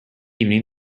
evening